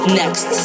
next